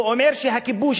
ואומר שהכיבוש,